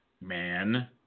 Man